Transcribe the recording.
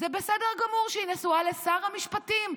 וזה בסדר גמור שהיא נשואה לשר המשפטים,